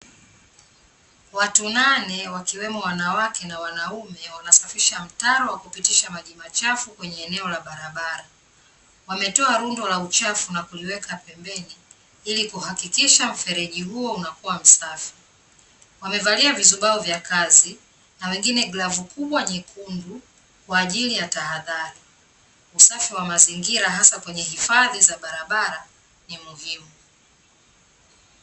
Watu nane wakiwemo wanawake na wanaume wanasafisha mtaro wa kupitishamaji machafu kwenye eneo barabara, wametoa rundo la uchafu na kuliweka pembeni, ili kuhakikisha mfereji huo unakuwa msafi, wamevalia vizibao vya kazi na wengine glavu kubwa nyekundu, kwa ajili ya tahadhari. Usafi wa mazingira hasa kwenye hifadhi za barabara ni muhimu.